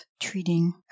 treating